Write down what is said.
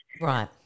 Right